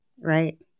Right